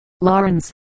Lawrence